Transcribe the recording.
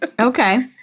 Okay